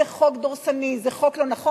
זה חוק דורסני, זה חוק לא נכון.